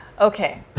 Okay